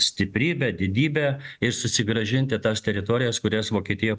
stiprybę didybę ir susigrąžinti tas teritorijas kurias vokietija